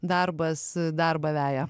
darbas darbą veja